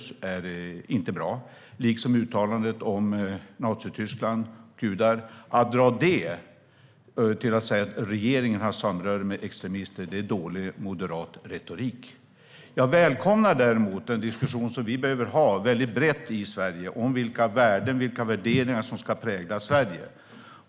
Det är inte heller uttalandet om Nazityskland och judar. Men att dra det till att säga att regeringen har samröre med extremister är dålig moderat retorik. Jag välkomnar däremot en diskussion som vi behöver föra väldigt brett i Sverige om vilka värden, vilka värderingar, som ska prägla Sverige.